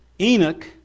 Enoch